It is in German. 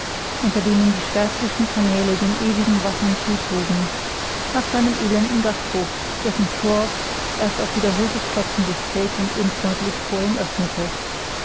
unter denen die schwärzlichen kanäle den ewigen wassern zuzogen nach seinem elenden gasthof dessen tor erst auf wiederholtes klopfen sich träg und unfreundlich vor ihm öffnete